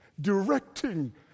directing